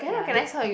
ya